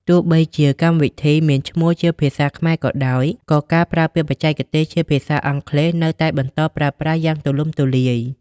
ទោះបីជាកម្មវិធីមានឈ្មោះជាភាសាខ្មែរក៏ដោយ ក៏ការប្រើពាក្យបច្ចេកទេសជាភាសាអង់គ្លេសនៅតែបន្តប្រើប្រាស់យ៉ាងទូលំទូលាយ។